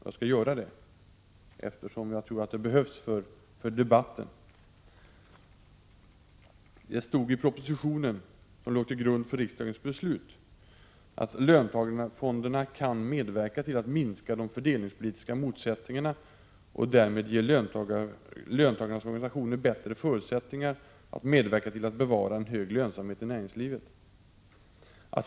Jag skall göra det, eftersom jag tror att det behövs för debatten. Motiven anges i den proposition som låg till grund för riksdagens beslut: ”Löntagarfonderna kan medverka till att minska de fördelningspolitiska motsättningarna och därmed ge löntagarnas organisationer bättre förutsättningar att medverka till att bevara en hög lönsamhet i näringslivet.